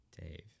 Dave